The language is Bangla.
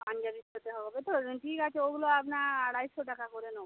পাঞ্জাবির সাথে হবে তো ওই জন্য ঠিক আছে ওগুলো আপনার আড়াইশো টাকা করে নেবো